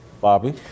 Bobby